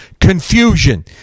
confusion